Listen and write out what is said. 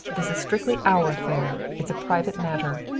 this is strictly our affair. it's a private matter.